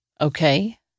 Okay